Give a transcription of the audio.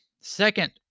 second